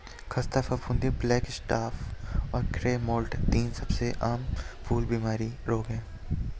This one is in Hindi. ख़स्ता फफूंदी, ब्लैक स्पॉट और ग्रे मोल्ड तीन सबसे आम फूल रोग हैं